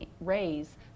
raise